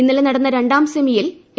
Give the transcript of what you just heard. ഇന്നലെ നടന്ന രണ്ടാം സെമിയിൽ എ